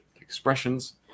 expressions